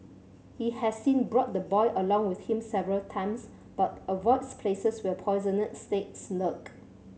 he has since brought the boy along with him several times but avoids places where poisonous snakes lurk